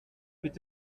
mit